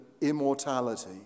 immortality